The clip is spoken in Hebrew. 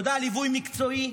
תודה על ליווי מקצועי,